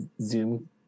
Zoom